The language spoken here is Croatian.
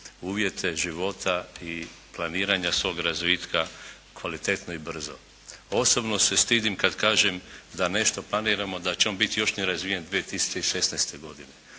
uvjete života i planiranja svog razvitka kvalitetno i brzo. Osobno se stidim kada kažem da nešto planiramo, da će on biti još nerazvijen 2016. godine.